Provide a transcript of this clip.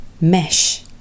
mesh